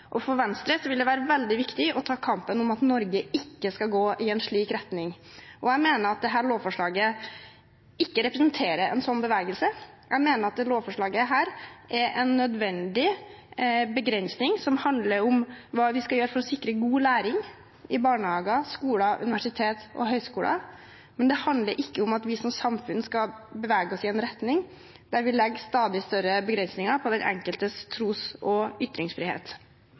For Venstre vil det være veldig viktig å ta kampen for at Norge ikke skal gå i en slik retning, og jeg mener at dette lovforslaget ikke representerer en slik bevegelse. Jeg mener at det er en nødvendig begrensning som handler om hva vi skal gjøre for å sikre god læring i barnehager, skoler, universiteter og høyskoler, det handler ikke om at vi som samfunn skal bevege oss i en retning der vi legger stadig større begrensninger på den enkeltes tros- og ytringsfrihet.